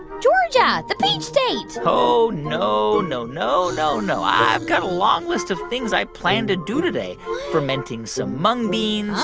georgia, the peach state oh, no, no, no, no, no. i've got a long list of things i plan to do today fermenting some mung beans. huh.